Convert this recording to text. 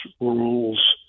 rules